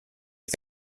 est